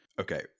okay